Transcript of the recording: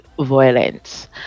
violence